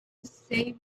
save